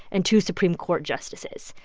and two supreme court justices.